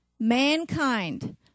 Mankind